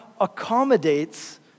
accommodates